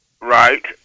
right